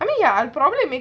I mean ya I'll probably make